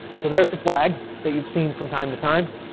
so there's the flag that you've seen from time to time.